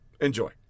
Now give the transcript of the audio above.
Enjoy